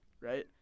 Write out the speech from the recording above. right